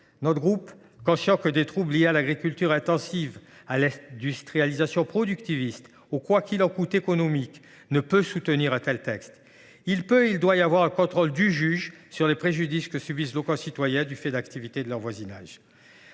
Notre groupe, conscient des troubles liés à l’agriculture intensive, à l’industrialisation productiviste et au « quoi qu’il en coûte » économique, ne peut soutenir un tel texte. L’on peut et l’on doit prévoir un contrôle du juge sur les préjudices que subissent nos concitoyens du fait d’activités dans leur voisinage.